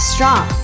Strong